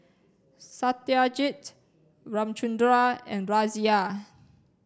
Satyajit Ramchundra and Razia